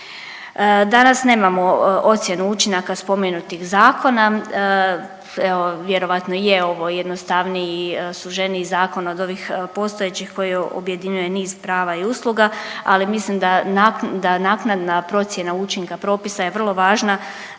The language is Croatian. Danas nemamo ocjenu učinaka spomenutih zakona. Evo vjerojatno i je ovo jednostavniji, suženiji zakon od ovih postojećih koji objedinjuje niz prava i usluga, ali mislim da naknadna procjena učinka propisa je vrlo važna